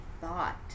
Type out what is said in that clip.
thought